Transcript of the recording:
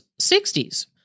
60s